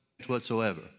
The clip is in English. whatsoever